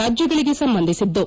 ರಾಜ್ಯಗಳಿಗೆ ಸಂಬಂಧಿಸಿದ್ದು